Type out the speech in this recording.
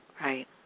Right